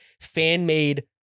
fan-made